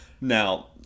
Now